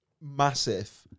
massive